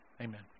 amen